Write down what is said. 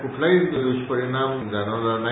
कुठलाही दुष्परिणाम झालेला नाही